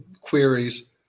queries